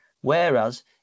Whereas